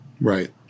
Right